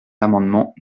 l’amendement